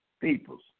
peoples